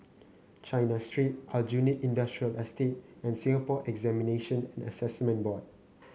China Street Aljunied Industrial Estate and Singapore Examination and Assessment Board